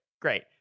Great